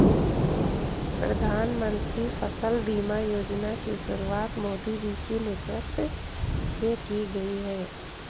प्रधानमंत्री फसल बीमा योजना की शुरुआत मोदी जी के नेतृत्व में की गई है